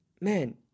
man